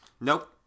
Nope